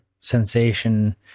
sensation